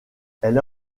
elle